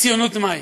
ציונות מהי.